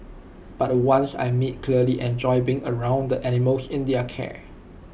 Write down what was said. but the ones I meet clearly enjoy being around the animals in their care